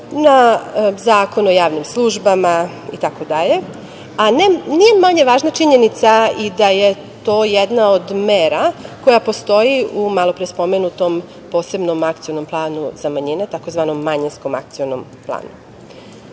na Zakon o javnim službama itd, a nije manja važna činjenica i da je to jedna od mera koja postoji u malopre spomenutom posebnom akcionom planu za manjine tzv. "manjinskom akcionom